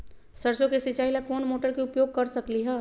सरसों के सिचाई ला कोंन मोटर के उपयोग कर सकली ह?